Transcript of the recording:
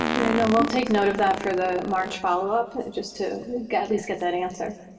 no, we'll take note of that for the march follow-up just to at least get that answer.